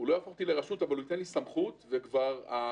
הוא לא יהפוך אותי לרשות, אבל הוא ייתן לי סמכות.